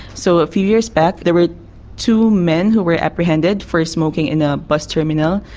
so a few years back there were two men who were apprehended for smoking in a bus terminal.